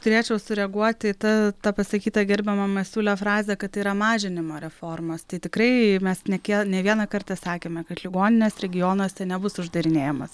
turėčiau sureaguoti ta ta pasakyta gerbiamo masiulio frazė kad yra mažinimo reformos tai tikrai mes nė kiek ne vieną kartą sakėme kad ligoninės regionuose nebus uždarinėjamos